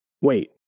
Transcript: Wait